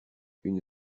une